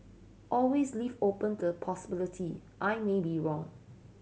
always leave open the possibility I may be wrong